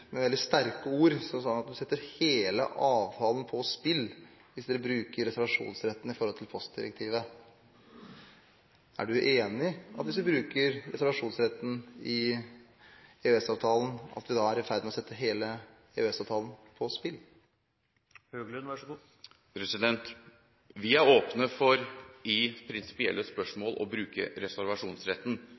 med veldig sterke ord, hvor hun sa at man setter hele avtalen på spill hvis man bruker reservasjonsretten i forhold til postdirektivet. Er representanten enig i at hvis vi bruker reservasjonsretten i EØS-avtalen, er vi i ferd med å sette hele EØS-avtalen på spill? I prinsipielle spørsmål er vi åpne for å bruke reservasjonsretten,